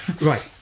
right